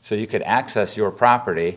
so you could access your property